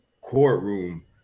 courtroom